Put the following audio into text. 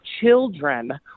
children